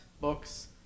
books